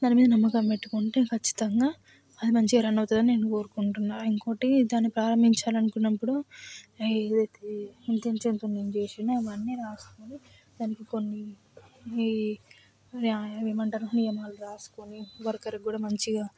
మన మీద నమ్మకం పెట్టుకుంటే ఖచ్చితంగా అది మంచిగా రన్ అవుతుందని నేను కోరుకుంటున్నాను ఇంకోటి దాన్ని ప్రారంభించాలని అనుకున్నప్పుడు ఏదైతే ఇంటెలిజెంట్తోని చేసిన్నో అవన్నీ రాసుకుని దానికి కొన్ని నియ ఏమంటారు నియమాలు రాసుకుని వర్కర్కి కూడా మంచిగా